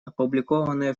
опубликованное